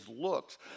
looks